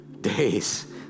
days